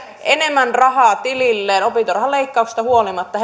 enemmän rahaa tililleen opintorahan leikkauksesta huolimatta